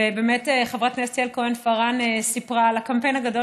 ובאמת חברת הכנסת יעל כהן-פארן סיפרה על הקמפיין הגדול